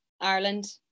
Ireland